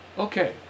Okay